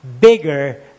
bigger